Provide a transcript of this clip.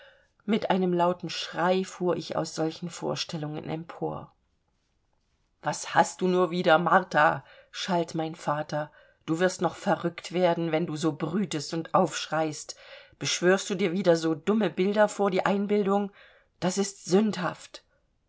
mit einem lauten schrei fuhr ich aus solchen vorstellungen empor was hast du nun wieder martha schalt mein vater du wirst noch verrückt werden wenn du so brütest und aufschreist beschwörst du dir wieder so dumme bilder vor die einbildung das ist sündhaft